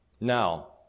Now